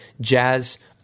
jazz